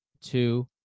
two